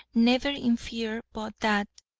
never in fear but that,